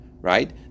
right